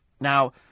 Now